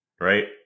Right